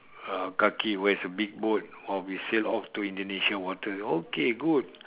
uh kaki who has a big boat oh we sail off to indonesian water okay good